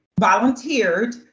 volunteered